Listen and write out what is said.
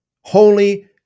holy